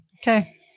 Okay